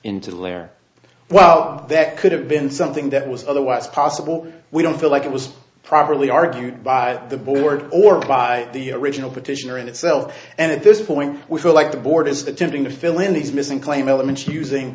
into the air well that could have been something that was otherwise possible we don't feel like it was properly argued by the board or by the original petitioner in itself and at this point we feel like the board is attempting to fill in these missing claim elements using